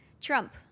Trump